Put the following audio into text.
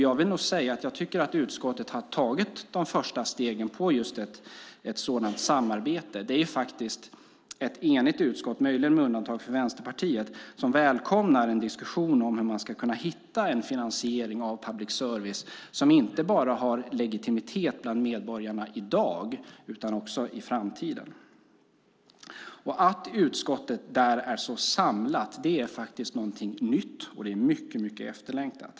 Jag vill nog säga att jag tycker att utskottet har tagit de första stegen mot just ett sådant samarbete. Det är faktiskt ett enigt utskott, möjligen med undantag för Vänsterpartiet, som välkomnar en diskussion om hur man ska kunna hitta en finansiering av public service som inte bara har legitimitet bland medborgarna i dag utan också i framtiden. Att utskottet där är så samlat är faktiskt någonting nytt och det är mycket efterlängtat.